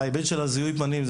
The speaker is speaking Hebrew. ההיבט של זיהוי פנים,